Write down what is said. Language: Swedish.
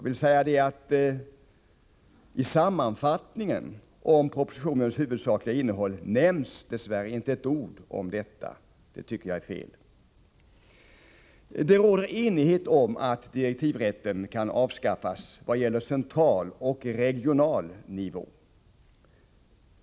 I sammanfattningen av propositionens huvudsakliga innehåll nämns dess värre inget om detta. Det tycker jag är fel. Det råder enighet om att direktivrätten kan avskaffas vad gäller central och regional nivå.